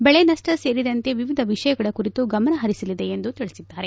ಬೆಳೆ ನಷ್ಷ ಸೇರಿದಂತೆ ವಿವಿಧ ವಿಷಯಗಳ ಕುರಿತು ಗಮನಪರಿಸಲಿದೆ ಎಂದು ತಿಳಿಸಿದ್ದಾರೆ